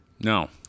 no